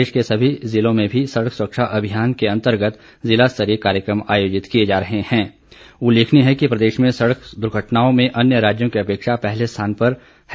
प्रदेश के सभी जिलों में भी सड़क सुरक्षा अभियान के अंतर्गत जिला स्तरीय कार्यक्रम आयोजित किए जा रहे हैं उल्लेखनीय है कि प्रदेश में सड़क दुर्घटनाओं में अन्य राज्यों की अपेक्षा पहले स्थान पर है